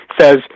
says